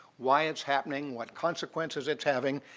why it's happening, what consequences it's having,